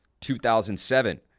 2007